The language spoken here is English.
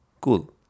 Cool